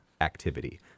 activity